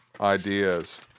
ideas